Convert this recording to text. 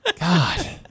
God